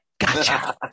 Gotcha